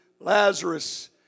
Lazarus